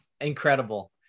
incredible